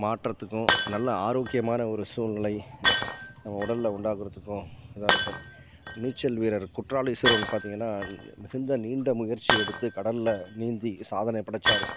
மாற்றத்துக்கும் நல்ல ஆரோக்கியமான ஒரு சூழ்நிலை உடல்ல உண்டாகுறதுக்கும் இதாக இருக்கும் நீச்சல் வீரர் குற்றாலீஸ்வரன் பார்த்தீங்கன்னா மிகுந்த நீண்ட முயற்சி எடுத்து கடல்ல நீந்தி சாதனை படைச்சார்